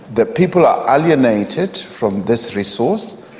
the people are alienated from this resource.